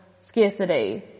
scarcity